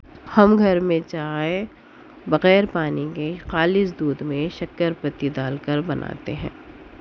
ہم گھر میں چائے بغیر پانی کے خالص دودھ میں شکّر پتی ڈال کر بناتے ہیں